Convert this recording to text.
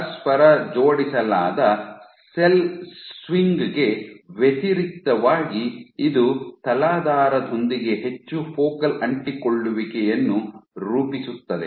ಪರಸ್ಪರ ಜೋಡಿಸಲಾದ cell swing ಗೆ ವ್ಯತಿರಿಕ್ತವಾಗಿ ಇದು ತಲಾಧಾರದೊಂದಿಗೆ ಹೆಚ್ಚು ಫೋಕಲ್ ಅಂಟಿಕೊಳ್ಳುವಿಕೆಯನ್ನು ರೂಪಿಸುತ್ತದೆ